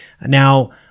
now